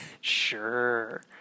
Sure